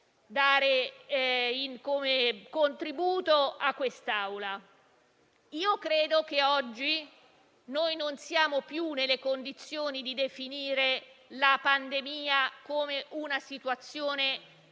offrire come contributo all'Assemblea. Credo che oggi noi non siamo più nelle condizioni di definire la pandemia come una situazione